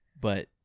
But-